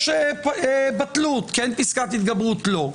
יש בטלות כן פסקת התגברות לא.